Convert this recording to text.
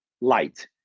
light